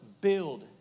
build